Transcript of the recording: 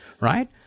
right